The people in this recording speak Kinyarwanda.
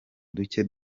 duke